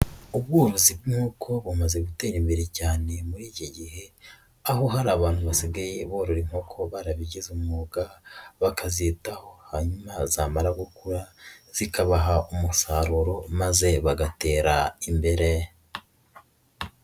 Ubworozi nk'uko bumaze gutera imbere cyane muri iki gihe, aho hari abantu basigaye borora inkoko barabigize umwuga, bakazitaho, hanyuma zamara gukura, zikabaha umusaruro maze bagatera imbere.